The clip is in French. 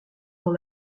dans